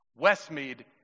Westmead